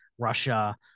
Russia